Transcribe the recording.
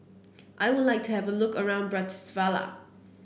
I would like to have a look around Bratislava